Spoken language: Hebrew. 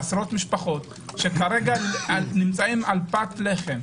עשרות משפחות שכרגע נמצאים על פת לחם.